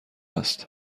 است